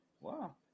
Wow